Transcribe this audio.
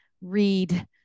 read